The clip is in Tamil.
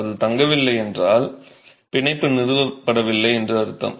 அது தங்கவில்லை என்றால் பிணைப்பு நிறுவப்படவில்லை என்று அர்த்தம்